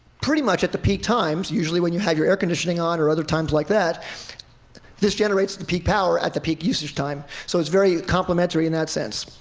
pretty much at the peak times usually when you have your air conditioning on, or other times like that this generates the peak power at the peak usage time, so it's very complementary in that sense.